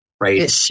right